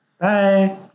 Bye